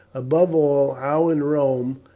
above all, how in rome,